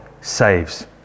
saves